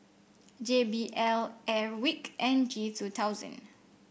J B L Airwick and G two thousand